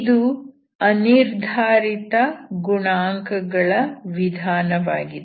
ಇದು ಅನಿರ್ಧಾರಿತ ಗುಣಾಂಕಗಳ ವಿಧಾನ ವಾಗಿದೆ